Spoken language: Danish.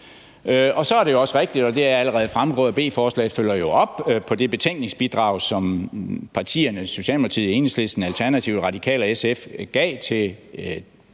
Så er det jo også rigtigt, og det er jo allerede fremgået, at beslutningsforslaget følger op på det betænkningsbidrag, som Socialdemokratiet, Enhedslisten, Alternativet, Radikale og SF gav til lovforslag